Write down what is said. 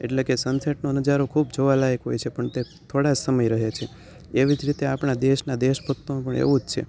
એટલે કે સનસેટનો નજારો ખૂબ જોવા લાયક હોય છે પણ તે થોડા સમય રહે છે એવી જ રીતે આપણાં દેશના દેશ ભક્તોનું પણ એવું જ છે